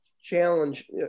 challenge